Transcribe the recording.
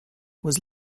was